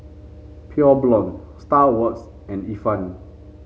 Pure Blonde Star Awards and Ifan